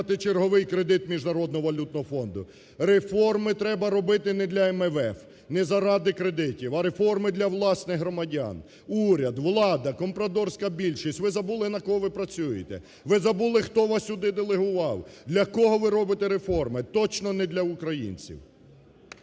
ви забули на кого ви працюєте, ви забули, хто вас сюди делегував, для кого ви робите реформи. Точно не для українців.